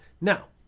Now